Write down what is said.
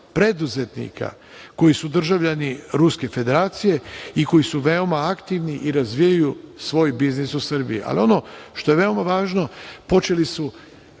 preduzetnika koji su državljani Ruske Federacije i koji su veoma aktivni i razvijaju svoj biznis u Srbiji. Ono što je veoma važno, počeli su